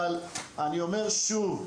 אבל אני אומר שוב,